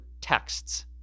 texts